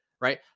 Right